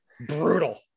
brutal